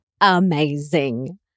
amazing